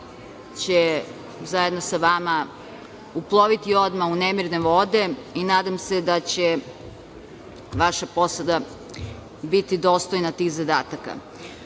će zajedno sa vama uploviti odmah u nemirne vode i nadam se da će vaša posada biti dostojna tih zadataka. Ono